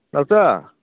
ꯅꯥꯎꯆꯥ